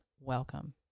welcome